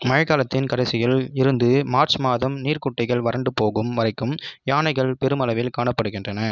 மழைக்காலத்தின் கடைசியில் இருந்து மார்ச் மாதம் நீர்குட்டைகள் வறண்டு போகும் வரைக்கும் யானைகள் பெருமளவில் காணப்படுகின்றன